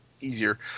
easier